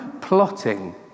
plotting